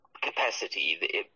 capacity